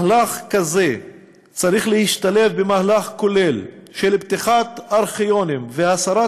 מהלך כזה צריך להשתלב במהלך כולל של פתיחת ארכיונים והסרת